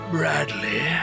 Bradley